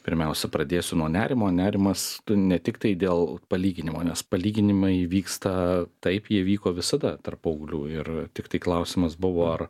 pirmiausia pradėsiu nuo nerimo nerimas tu ne tiktai dėl palyginimo nes palyginimai vyksta taip jie vyko visada tarp paauglių ir tiktai klausimas buvo ar